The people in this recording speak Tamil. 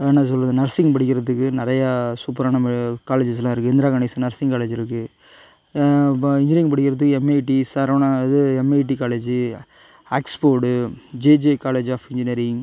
வேறு என்ன சொல்லுறது நர்ஸிங் படிக்கிறதுக்கு நிறையா சூப்பரான மீ காலேஜஸ்லாம் இருக்கு இந்திராகானிஸ் நர்ஸிங் காலேஜ் இருக்கு ப இன்ஜினியரிங் படிக்கறதுக்கு எம்ஐடி சரவணா இது எம்ஐடி காலேஜி Oxford JJ college of engineering